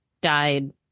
died